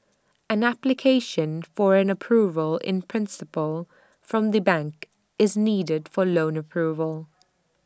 an application for an approval in principle from the bank is needed for loan approval